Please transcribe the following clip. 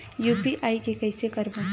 UPI के कइसे करबो?